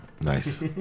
Nice